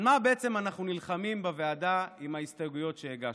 על מה בעצם אנחנו נלחמים בוועדה עם ההסתייגויות שהגשנו?